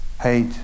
hate